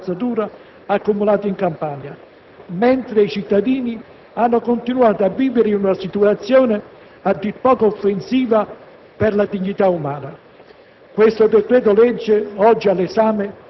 per smaltire i milioni di tonnellate di spazzatura accumulata, mentre i cittadini campani hanno continuato a vivere in una situazione a dir poco offensiva per la dignità umana.